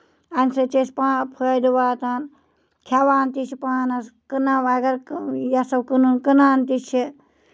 اَمہِ سۭتۍ چھُ اَسہِ پانہٕ فٲیدٕ واتان کھٮ۪وان تہِ چھِ پانس کٕنو اَگر یِژھو کٕنُن کٕنان تہِ چھِ